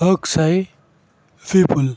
Akshay Vipul